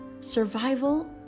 Survival